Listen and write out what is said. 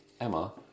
Emma